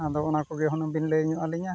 ᱟᱫᱚ ᱚᱱᱟᱠᱚᱜᱮ ᱦᱩᱱᱟᱹᱝ ᱵᱤᱱ ᱞᱟᱹᱭ ᱧᱚᱜ ᱟᱹᱞᱤᱧᱟ